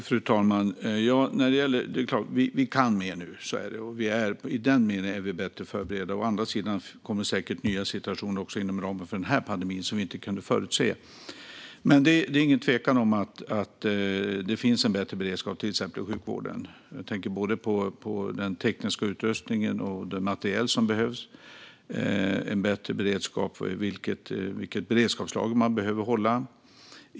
Fru talman! Vi kan mer nu, så är det. I den meningen är vi bättre förberedda. Å andra sidan kommer säkert nya situationer att uppstå också inom ramen för den här pandemin som vi inte kunde förutse. Men det är ingen tvekan om att det finns en bättre beredskap till exempel i sjukvården. Jag tänker på den tekniska utrustningen, på den materiel som behövs och på vilket beredskapslager som man behöver hålla.